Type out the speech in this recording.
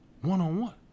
one-on-one